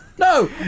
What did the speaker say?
No